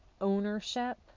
ownership